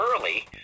early